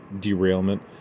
derailment